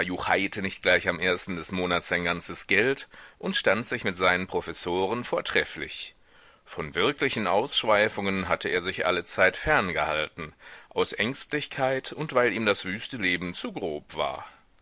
nicht gleich am ersten des monats sein ganzes geld und stand sich mit seinen professoren vortrefflich von wirklichen ausschweifungen hatte er sich allezeit fern gehalten aus ängstlichkeit und weil ihm das wüste leben zu grob war